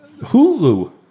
Hulu